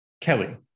Kelly